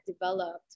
developed